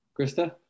Krista